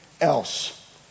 else